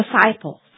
disciples